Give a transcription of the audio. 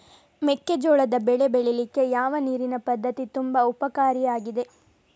ಮೆಕ್ಕೆಜೋಳದ ಬೆಳೆ ಬೆಳೀಲಿಕ್ಕೆ ಯಾವ ನೀರಿನ ಪದ್ಧತಿ ತುಂಬಾ ಉಪಕಾರಿ ಆಗಿದೆ?